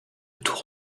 tour